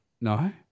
No